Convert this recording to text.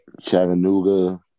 Chattanooga